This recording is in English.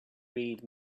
read